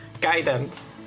Guidance